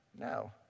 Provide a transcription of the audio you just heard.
No